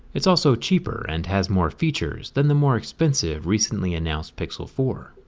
it's also cheaper and has more features than the more expensive recently announces pixel four.